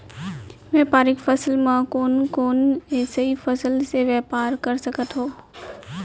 व्यापारिक फसल म कोन कोन एसई फसल से मैं व्यापार कर सकत हो?